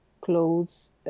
clothes